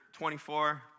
24